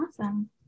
Awesome